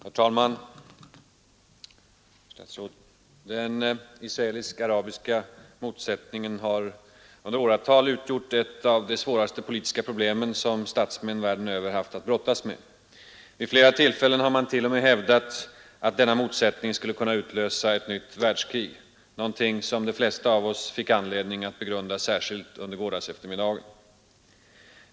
Herr talman! Den israelisk-arabiska motsättningen har i åratal utgjort ett av de svåraste politiska problemen statsmän världen över haft att brottas med. Vid flera tillfällen har man t.o.m. hävdat att denna motsättning skulle kunna utlösa ett nytt världskrig, någonting som de flesta av oss fick anledning att begrunda särskilt under gårdagseftermiddagen.